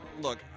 Look